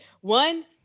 one